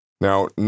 Now